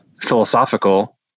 Philosophical